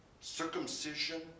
Circumcision